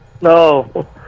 No